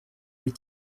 les